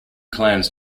clans